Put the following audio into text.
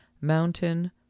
mountain